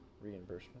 reimbursement